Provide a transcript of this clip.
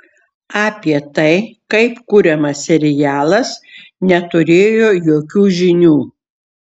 apie tai kaip kuriamas serialas neturėjo jokių žinių